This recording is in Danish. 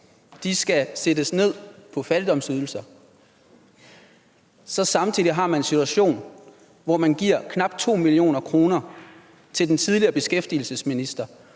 skal sættes ned på fattigdomsydelser, og at man samtidig har en situation, hvor man giver knap 2 mio. kr. til den tidligere beskæftigelsesminister